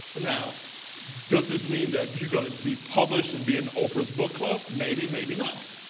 and now does this mean that you're going to be published and be in oprah's book club? maybe, maybe not.